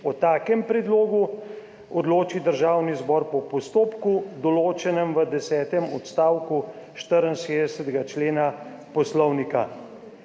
O takem predlogu odloči Državni zbor po postopku, določenem v desetem odstavku. 64. člena poslovnika.